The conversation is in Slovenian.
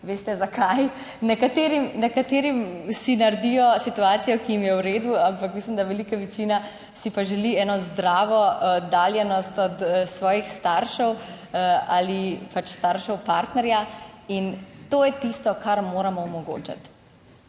veste zakaj. Nekaterim, nekateri si naredijo situacijo, ki jim je v redu, ampak mislim, da velika večina si pa želi eno zdravo oddaljenost od svojih staršev ali pač staršev partnerja in to je tisto, kar moramo omogočiti.